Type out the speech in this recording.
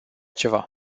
ceva